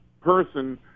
person